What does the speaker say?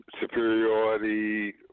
superiority